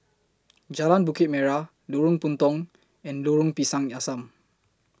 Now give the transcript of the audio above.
Jalan Bukit Merah Lorong Puntong and Lorong Pisang Asam